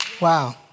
Wow